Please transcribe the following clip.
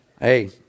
Hey